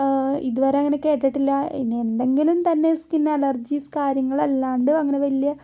ഇതുവരെ അങ്ങനെ കേട്ടിട്ടില്ല ഇനി എന്തെങ്കിലും തന്നെ സ്കിൻ അലർജി സ് കാര്യങ്ങളല്ലാണ്ട് അങ്ങനെ വലിയ